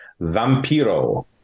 Vampiro